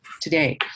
today